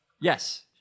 Yes